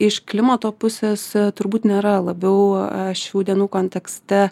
iš klimato pusės turbūt nėra labiau šių dienų kontekste